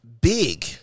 big